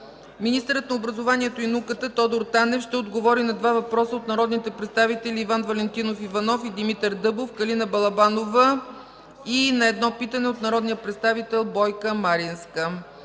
Министърът на образованието и науката Тодор Танев ще отговори на 2 въпроса от народните представители Иван Валентинов Иванов и Димитър Дъбов, Калина Балабанова, и на 1 питане от народния представител Бойка Маринска.